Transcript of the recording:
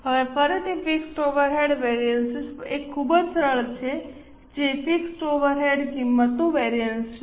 હવે ફરીથી fixed overhead variances એક ખૂબ જ સરળ છે જે ફિક્સ ઓવરહેડ કિંમતનું વેરિઅન્સ છે